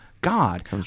God